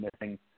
missing